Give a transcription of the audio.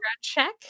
check